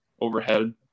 overhead